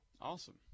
Awesome